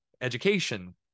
education